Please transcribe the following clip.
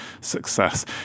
success